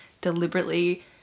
deliberately